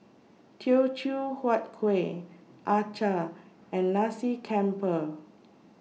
Teochew Huat Kueh Acar and Nasi Campur